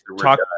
Talk